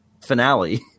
finale